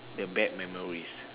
the bad memories